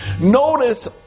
Notice